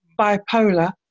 bipolar